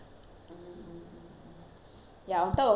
ya on top of that I have to volunteer lah